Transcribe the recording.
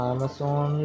Amazon